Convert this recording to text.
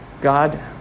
God